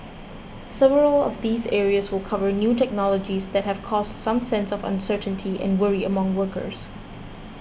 several of these areas will cover new technologies that have caused some sense of uncertainty and worry among workers